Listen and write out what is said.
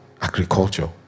agriculture